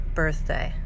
birthday